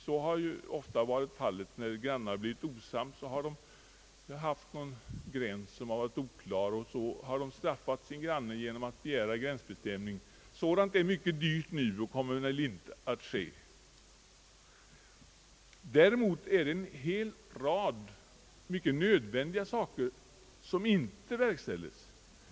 Det har ju ofta förekommit att när grannar har blivit osams om någon oklar gräns så har den ene straffat den andre genom att begära gränsbestämning. En sådan förrättning är numera mycket dyr och kommer väl inte att ske i någon större utsträckning. Däremot finns det många mycket nödvändiga förrättningar som inte blir verkställda.